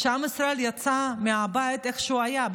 עם ישראל יצא מהבית איך שהוא היה,